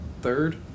third